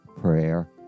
prayer